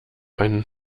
einen